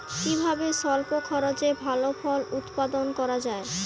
কিভাবে স্বল্প খরচে ভালো ফল উৎপাদন করা যায়?